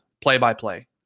play-by-play